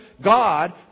God